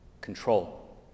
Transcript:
control